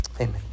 Amen